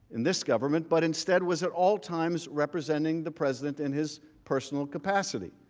in this government, but instead was in all times representing the president and his personal capacity.